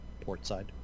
portside